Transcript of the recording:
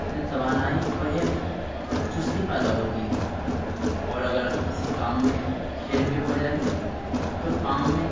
میں توانائی اور ایک چستی پیدا ہوتی ہے اور اگر کسی کام میں کھیل بھی ہوجائے تو کام میں